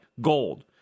gold